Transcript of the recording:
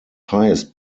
highest